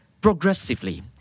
progressively